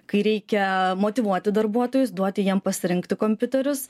kai reikia motyvuoti darbuotojus duoti jiem pasirinkti kompiuterius